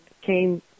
came